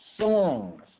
songs